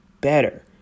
better